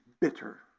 bitter